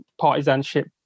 partisanship